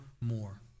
more